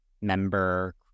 member